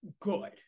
good